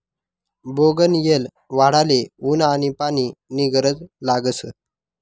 बोगनयेल वाढाले ऊन आनी पानी नी गरज लागस